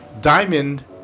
diamond